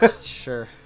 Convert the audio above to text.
sure